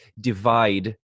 divide